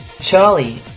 Charlie